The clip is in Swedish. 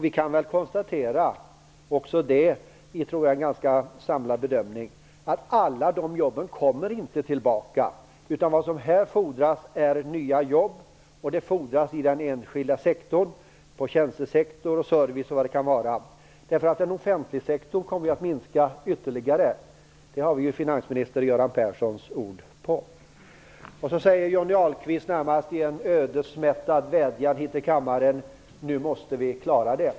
Vi kan konstatera, också det i samlad bedömning, att alla de jobben inte kommer tillbaka. Vad som fordras är nya jobb, i den enskilda sektorn, på tjänstesidan, inom service och vad det kan vara. Den offentliga sektorn kommer att minska ytterligare. Det har vi finansminister Göran Perssons ord på. Så säger Johnny Ahlqvist, närmast i en ödesmättad vädjan till kammaren: Nu måste vi klara det.